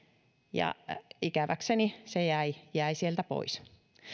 ja ikäväkseni se jäi jäi sieltä pois